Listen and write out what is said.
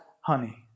honey